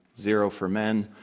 zero for men.